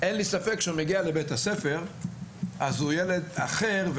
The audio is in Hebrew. אין לי ספק שכשהוא מגיע לבית הספר אז הוא ילד אחר,